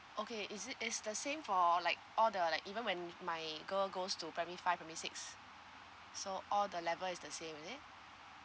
okay is it is the same for like all the like even when my girl goes to primary five primary six so all the level is the same is it